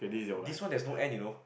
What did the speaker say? this one there's no end you know